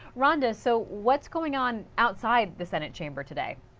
rhonda, so, what is going on outside the senate chamber today?